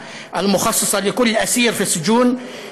ובכך הנאשם מקבל מחד גיסא הזדמנות לשיפור תנאיו